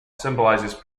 symbolizes